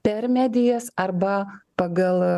per medijas arba pagal